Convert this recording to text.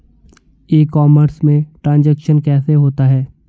ई commerce में transaction कैसे होता है?